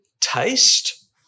taste